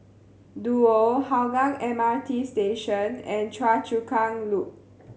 Duo Hougang M R T Station and Choa Chu Kang Loop